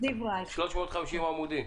350 עמודים.